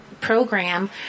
program